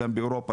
גם באירופה,